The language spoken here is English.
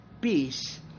peace